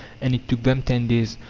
and it took them ten days.